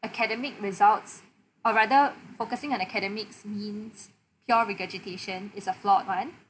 academic results or rather focusing on academics means pure regurgitation is a flawed one